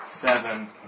seven